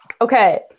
Okay